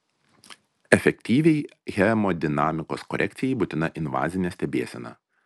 efektyviai hemodinamikos korekcijai būtina invazinė stebėsena